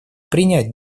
принять